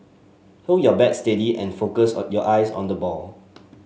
hold your bat steady and focus or your eyes on the ball